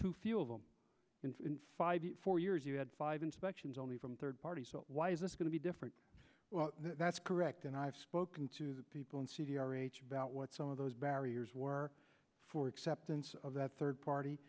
to few of them in five four years you had five inspections only from third parties so why is this going to be different well that's correct and i've spoken to the people in c d r h about what some of those barriers were for acceptance of that third party